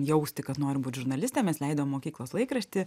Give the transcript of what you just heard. jausti kad noriu būt žurnaliste mes leidom mokyklos laikraštį